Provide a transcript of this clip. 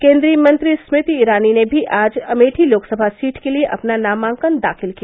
केन्द्रीय मंत्री स्मृति ईरानी ने भी आज अमेठी लोकसभा सीट के लिये अपना नामांकन दाखिल किया